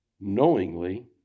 knowingly